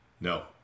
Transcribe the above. No